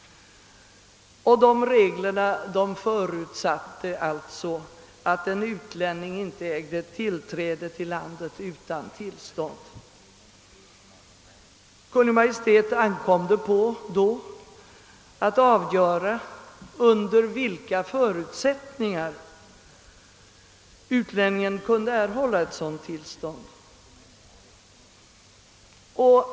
Reglerna där förutsatte att en utlänning inte ägde tillträde till landet utan tillstånd, och det ankom på Kungl. Maj:t att avgöra under vilka förutsättningar utlänning kunde få sådant tillstånd.